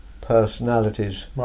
personalities